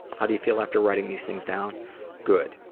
how do you feel after writing these things down good.